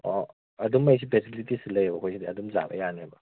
ꯑꯣ ꯑꯗꯨꯝ ꯐꯦꯁꯤꯂꯤꯇꯤꯁꯦ ꯂꯩꯌꯦꯕ ꯑꯩꯈꯣꯏꯒꯤꯗꯤ ꯑꯗꯨꯝ ꯆꯥꯕ ꯌꯥꯅꯤꯕ